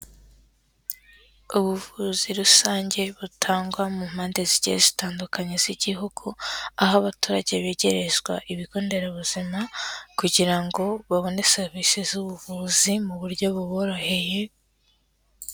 Ubuvuzi rusange butangwa mu mpande zigiye zitandukanye z'igihugu, aho abaturage begerezwa ibigo nderabuzima kugira ngo babone serivisi z'ubuvuzi mu buryo buboroheye.